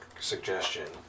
suggestion